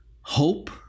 Hope